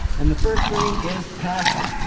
and the first thing is passion.